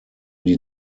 die